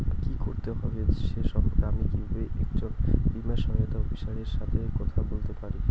কী করতে হবে সে সম্পর্কে আমি কীভাবে একজন বীমা সহায়তা অফিসারের সাথে কথা বলতে পারি?